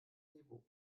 niveau